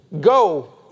go